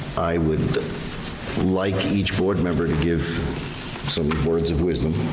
i would like each board member to give some words of wisdom.